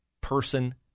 person